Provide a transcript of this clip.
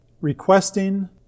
requesting